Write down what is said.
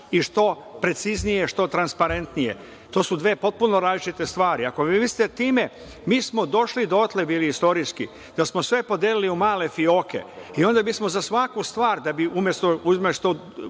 i što preciznije, što transparentnije. To su dve potpuno različite stvari. Ako mislite time, mi smo došli dotle bili istorijski da smo sve podelili u male fioke i onda bismo za svaku stvar umesto male